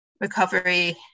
recovery